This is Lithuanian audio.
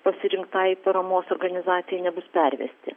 pasirinktai paramos organizacijai nebus pervesti